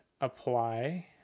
apply